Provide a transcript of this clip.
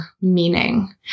meaning